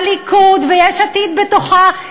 הליכוד ויש עתיד בתוכה,